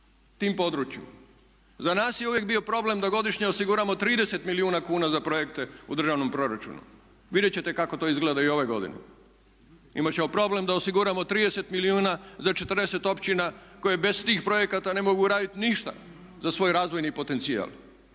tim području. Za nas je uvijek bio problem da godišnje osiguramo 30 milijuna kuna za projekte u državnom proračunu. Vidjet ćete kako to izgleda i ove godine. Imat ćemo problem da osiguramo 30 milijuna za 40 općina koje bez tih projekata ne mogu raditi ništa za svoj razvojni potencijal.